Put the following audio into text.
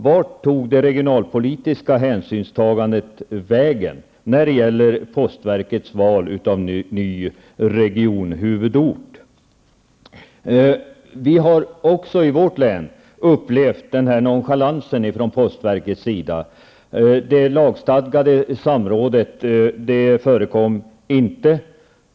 Vart tog det regionalpolitiska hänsynstagandet vägen när det gäller postverkets val av ny regionhuvudort? I vårt län har vi även upplevt den här nonchalansen från postverkets sida. Det lagstadgade samrådet har inte förekommit.